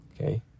okay